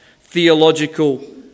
theological